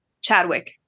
Chadwick